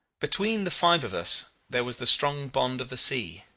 between the five of us there was the strong bond of the sea,